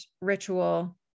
ritual